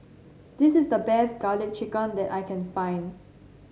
this is the best garlic chicken that I can find